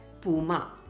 Puma